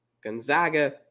Gonzaga